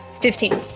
Fifteen